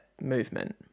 movement